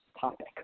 topic